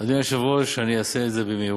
אדוני היושב-ראש, אני אעשה את זה במהירות.